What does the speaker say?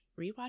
rewatch